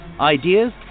ideas